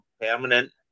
permanent